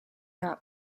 not